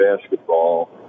basketball